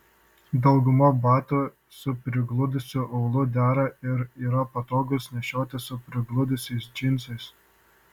dauguma batų su prigludusiu aulu dera ir yra patogūs nešioti su prigludusiais džinsais